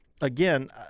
Again